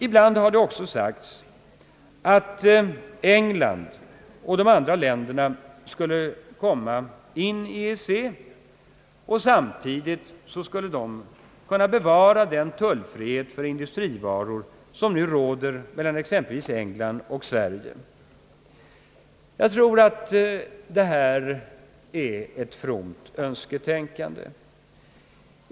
Ibland har det sagts att England och de andra länderna skulle kunna komma in i EEC och samtidigt kunna bevara den tullfrihet för industrivaror som nu råder mellan exempelvis England och Sverige. Jag tror att detta är ett tomt önsketänkande.